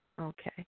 Okay